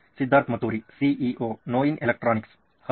Siddharth Maturi CEO ನೋಯಿನ್ electronics ಹೌದು